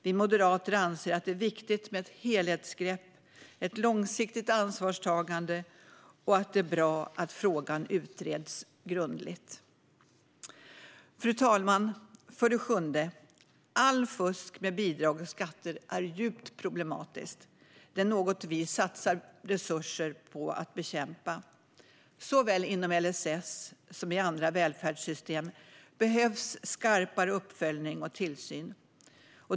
Vi moderater anser att det är viktigt med ett helhetsgrepp och ett långsiktigt ansvarstagande och att det är bra att frågan utreds grundligt. För det sjunde: Allt fusk med bidrag och skatter är djupt problematiskt. Det är något vi satsar resurser på att bekämpa. Såväl inom LSS som i andra välfärdssystem behövs skarpare uppföljning och tillsyn.